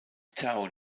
town